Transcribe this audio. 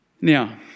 Now